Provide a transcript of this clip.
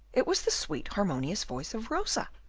it was the sweet harmonious voice of rosa.